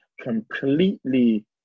completely